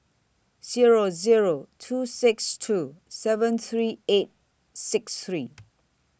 Zero Zero two six two seven three eight six three